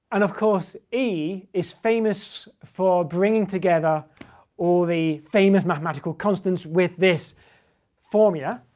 and of course e is famous for bringing together all the famous mathematical constants with this formula,